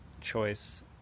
choice